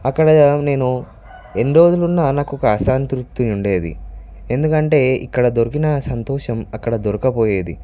అక్కడ నేను ఎన్ని రోజులు ఉన్నా నాకు ఒక అసంతృప్తి ఉండేది ఎందుకంటే ఇక్కడ దొరికిన సంతోషం అక్కడ దొరకపోయేది